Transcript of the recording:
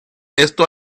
esto